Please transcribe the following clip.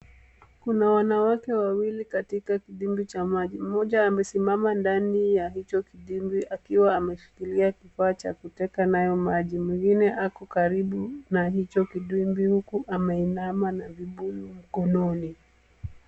Kuna wanawake wawili katika kidimbwi cha maji. Mmoja amesimama ndani ya hicho kidimbwi, akiwa ameshikilia kifaa cha kuteka nayo maji. Mwingine ako karibu na hicho kidimbwi huku ameinama na vibuyu mkononi.